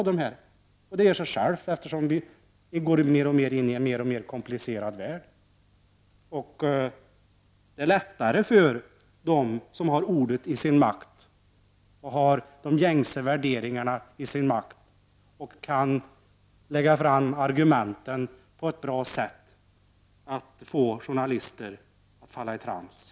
Detta ger sig självt, eftersom vi går in i en mer och mer komplicerad värld. Det är lättare för dem som har ordet i sin makt och som har de gängse värderingarna att lägga fram argumenten på att få journalister att falla i trans.